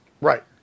Right